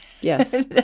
Yes